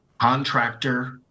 contractor